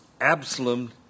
Absalom